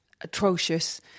atrocious